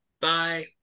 Bye